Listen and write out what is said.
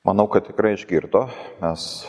manau kad tikrai išgirdo mes